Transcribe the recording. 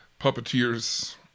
Puppeteers